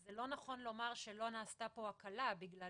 שזה לא נכון לומר שלא נעשתה פה הקלה, בגלל